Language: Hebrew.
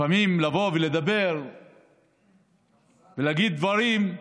לפעמים לבוא ולדבר ולהגיד דברים,